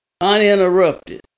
uninterrupted